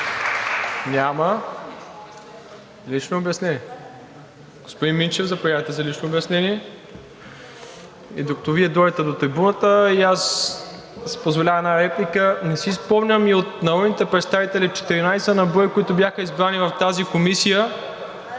За лично обяснение? Господин Минчев, заповядайте за лично обяснение. Докато Вие дойдете до трибуната, аз ще си позволя една реплика. Не си спомням от народните представители – 14 на брой, които бяха избрани в тази комисия,